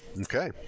Okay